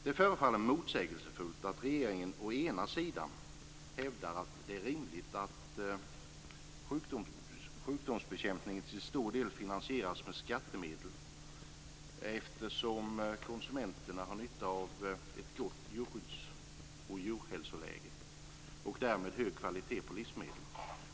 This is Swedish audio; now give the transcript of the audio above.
Det förefaller motsägelsefullt att regeringen å ena sidan hävdar att det är rimligt att sjukdomsbekämpning till stor del finansieras med skattemedel, eftersom konsumenterna har nytta av ett gott jordbruks och djurhälsoläge och därmed hög kvalitet på livsmedlen.